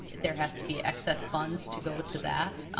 there has to be excess funds to go to that,